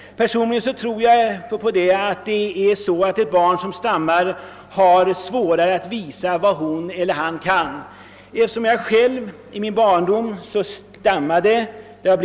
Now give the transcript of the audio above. Personligen tror jag att ett barn som stammar har svårare att visa vad hon eller han kan. Jag stammade själv i min barndom.